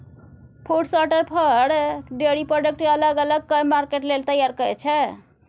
food शार्टर फर, dairy product केँ अलग अलग कए मार्केट लेल तैयार करय छै